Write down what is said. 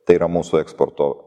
tai yra mūsų eksporto